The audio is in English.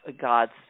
God's